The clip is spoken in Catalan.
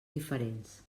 diferents